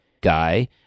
guy